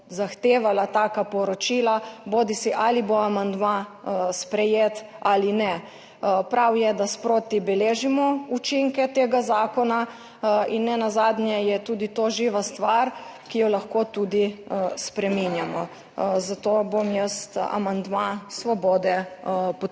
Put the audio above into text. zahtevala taka poročila, bodisi ali bo amandma sprejet ali ne. Prav je, da sproti beležimo učinke tega zakona in nenazadnje je tudi to živa stvar, ki jo lahko tudi spreminjamo, zato bom jaz amandma Svobode podprla.